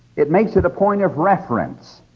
it makes it a point of reference.